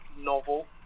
novel